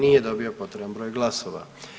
Nije dobio potreban broj glasova.